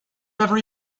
never